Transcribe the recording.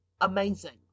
amazing